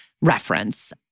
reference